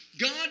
God